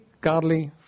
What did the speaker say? godly